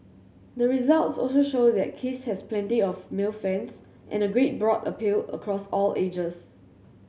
the results also show that Kiss has plenty of male fans and a great broad appeal across all ages